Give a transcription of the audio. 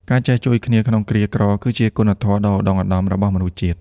ការចេះជួយគ្នាក្នុងគ្រាក្រ គឺជាគុណធម៌ដ៏ឧត្តុង្គឧត្តមរបស់មនុស្សជាតិ។